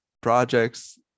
projects